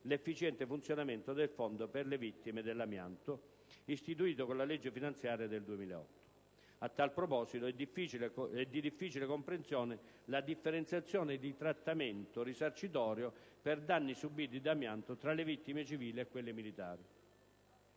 l'efficiente funzionamento del Fondo per le vittime dell'amianto istituito con la legge finanziaria del 2008. A tal proposito, è di difficile comprensione la differenziazione in termini di trattamento risarcitorio per danni subiti da amianto tra le vittime civili e quelle militari.